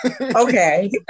okay